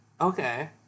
Okay